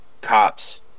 cops